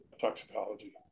toxicology